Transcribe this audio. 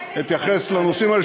אני אתייחס לנושאים האלה,